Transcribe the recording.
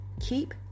keep